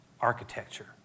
architecture